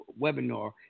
webinar